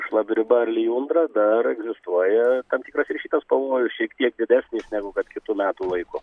šlapdriba ar lijundra dar egzistuoja tam tikras ir šitas pavojus šiek tiek didesnis negu kad kitu metų laiku